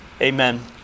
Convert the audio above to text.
Amen